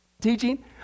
teaching